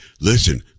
listen